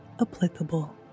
applicable